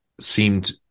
seemed